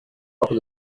أكل